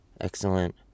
Excellent